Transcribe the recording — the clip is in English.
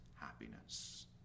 happiness